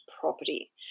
property